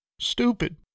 stupid